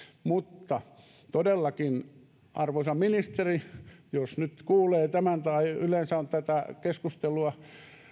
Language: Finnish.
mutta todellakin arvoisa ministeri jos nyt kuulee tämän tai yleensä on tätä keskustelua